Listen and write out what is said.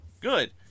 Good